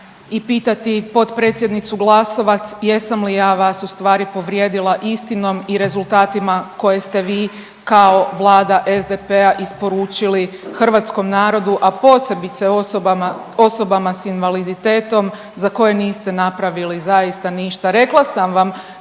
i pitati potpredsjednicu Glasovac jesam li ja vas ustvari povrijedila istinom i rezultatima koje ste vi kao vlada SDP-a isporučili hrvatskom narodu, a posebice osobama s invaliditetom za koje niste napravili zaista ništa?